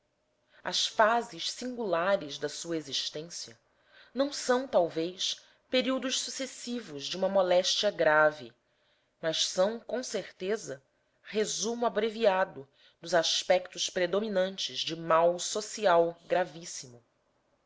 as fases singulares da sua existência não são talvez períodos sucessivos de uma moléstia grave mas são com certeza resumo abreviado dos aspectos predominantes de mal social gravíssimo